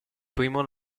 primo